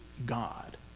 God